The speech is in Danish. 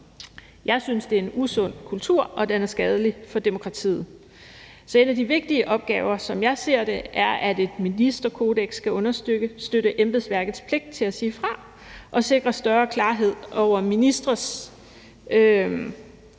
Jeg synes, det er en usund kultur, og den er skadelig for demokratiet. Så en af de vigtige opgaver, som jeg ser det, er, at et ministerkodeks skal understøtte embedsværket pligt til at sige fra og sikre større klarhed i en verden,